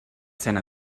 cent